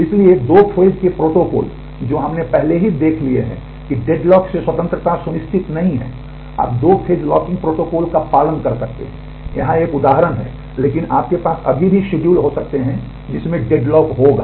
इसलिए दो फेज के प्रोटोकॉल जो हमने पहले ही देख लिए हैं कि डेडलॉक से स्वतंत्रता सुनिश्चित नहीं है आप दो फेज लॉकिंग प्रोटोकॉल का पालन कर सकते हैं यहां एक उदाहरण है लेकिन आपके पास अभी भी शेड्यूल हो सकते हैं जिनमें डेडलॉक होगा